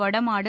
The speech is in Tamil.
வடமாடு